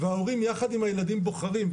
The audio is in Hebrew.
וההורים יחד עם הילדים בוחרים,